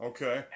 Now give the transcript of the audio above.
Okay